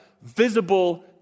visible